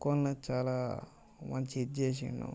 తక్కువలో చాలా మంచిగా ఇది చేసిండు